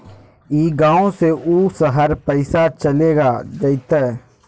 ई गांव से ऊ शहर पैसा चलेगा जयते?